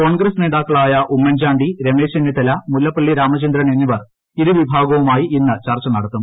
കോൺഗ്രസ് നേതാക്കളായ ഉമ്മൻ ചാണ്ടി രമേശ് ചെന്നിത്തല മുല്ലപ്പള്ളി രാമചന്ദ്രൻ എന്നിവർ ് ഇരു വിഭാഗവുമായി ഇന്നു ചർച്ച നടത്തും